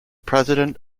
president